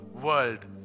world